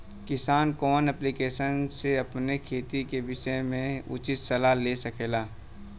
किसान कवन ऐप्लिकेशन से अपने खेती के विषय मे उचित सलाह ले सकेला?